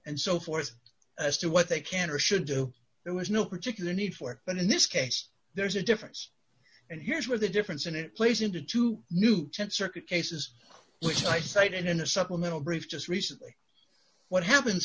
and so forth as to what they can or should do there was no particular need for it but in this case there is a difference and here's where the difference in it plays into two new th circuit cases which i cite in a supplemental brief just recently what happens